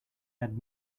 had